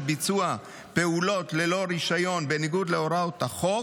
ביצוע פעולות ללא רישיון בניגוד להוראות החוק,